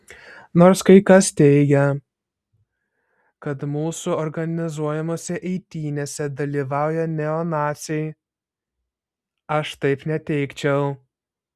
nors kai kas teigia kad mūsų organizuojamose eitynėse dalyvauja neonaciai aš taip neteigčiau